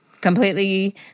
Completely